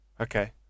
Okay